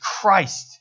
Christ